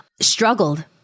struggled